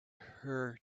her